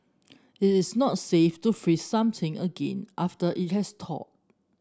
it is not safe to freeze something again after it has thawed